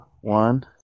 one